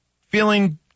feeling